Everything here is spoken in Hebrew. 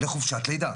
לחופשת לידה.